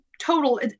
total